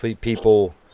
people